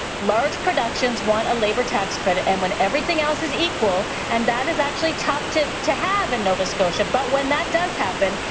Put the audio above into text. large productions want a labour tax credit and when everything else is equal, and that is actually tough to to have in nova scotia but when that does happen,